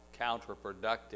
counterproductive